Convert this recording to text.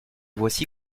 voici